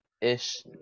ish